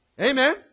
Amen